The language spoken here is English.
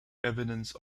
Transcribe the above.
evidence